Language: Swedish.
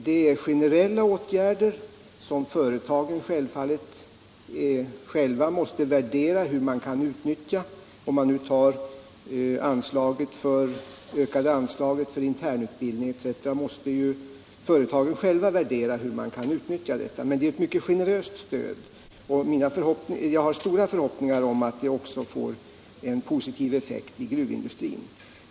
Det är generella åtgärder, och företagen måste naturligtvis själva värdera hur de skall kunna utnyttja t.ex. det ökade anslaget för internutbildning. Men det är ett mycket generöst stöd, och jag har stora förhoppningar om att det också får en positiv effekt i gruvindustrin.